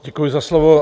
Děkuji za slovo.